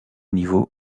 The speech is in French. niveau